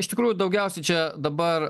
iš tikrųjų daugiausiai čia dabar